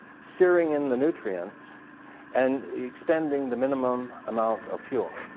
searing in the nutrients and expending the minimum amount of fuel.